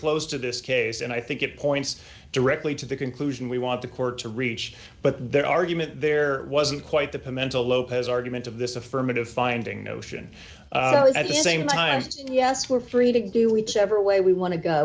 close to this case and i think it points directly to the conclusion we want the court to reach but their argument there wasn't quite the pimental lopez argument of this affirmative finding notion at the same time yes we're free to do each ever way we want to go